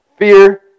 Fear